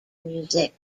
music